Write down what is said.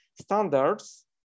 standards